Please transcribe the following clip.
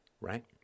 Right